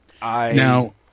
Now